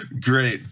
Great